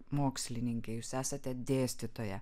mokslininkė jūs esate dėstytoja